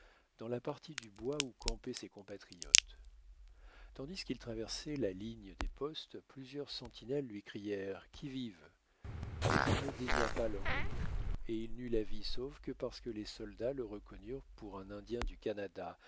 dans la partie du bois où campaient ses compatriotes tandis qu'il traversait la ligne des postes plusieurs sentinelles lui crièrent qui vive mais il ne daigna pas leur répondre et il n'eut la vie sauve que parce que les soldats le reconnurent pour un indien du canada